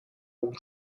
and